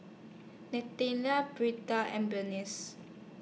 Nathanael and Bernice